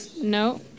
No